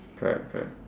correct correct